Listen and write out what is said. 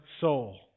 soul